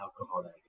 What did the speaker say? alcohol